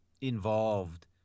involved